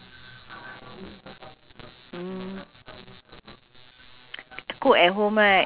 most of the stalls I went on weekend they open during lunch time and below